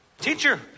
Teacher